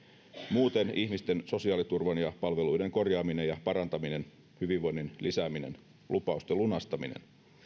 muuten ihmisten sosiaaliturvan ja palveluiden korjaaminen ja parantaminen hyvinvoinnin lisääminen lupausten lunastaminen